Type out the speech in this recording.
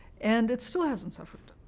and it still hasn't suffered.